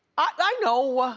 i know.